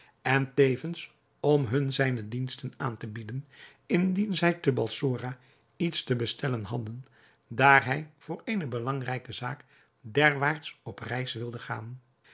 en tevens om hun zijne diensten aan te bieden indien zij te balsora iets te bestellen hadden daar hij voor eene belangrijke zaak derwaarts op reis wilde gaan